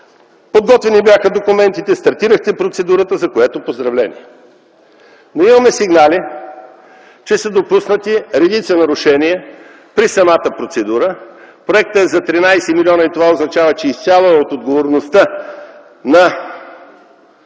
Подготвени бяха документите, стартирахте процедурата, за което – поздравления! Но имаме сигнали, че са допуснати редица нарушения при самата процедура. Проектът е за 13 милиона и това означава, че изцяло е от отговорността на